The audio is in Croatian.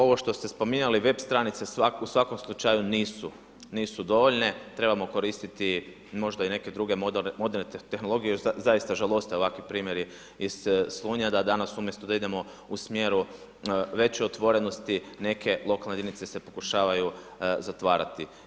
Ovo što ste spominjali, web stranice u svakom slučaju nisu dovoljne, trebamo koristiti možda i neke druge moderne tehnologije, zaista žaloste ovakvi primjeri iz Slunja da danas umjesto da idemo u smjeru veće otvorenosti, neke lokalne jedinice se pokušavaju zatvarati.